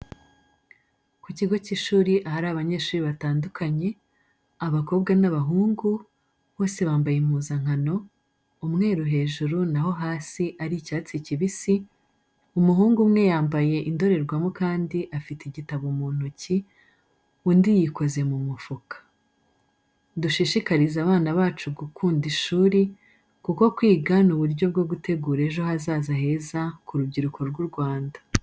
Ku kigo cy'ishuri ahari abanyeshuri batandukanye, abakobwa n'abahungu, bose bambaye impuzankano, umweru hejuru na ho hasi ari icyatsi kibisi, umuhungu umwe yambaye indorerwamo kandi afite igitabo mu ntoki, undi yikoze mu mufuka. Dushishikarize abana bacu gukunda ishuri, kuko kwiga ni uburyo bwo gutegura ejo hazaza heza ku rubyiruko rw'u Rwanda.